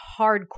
hardcore